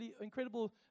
incredible